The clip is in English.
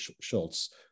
Schultz